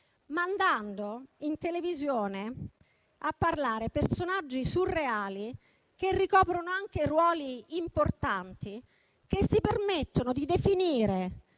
mandando in televisione a parlare personaggi surreali che ricoprono anche ruoli importanti, che si permettono di definire